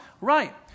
Right